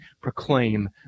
proclaim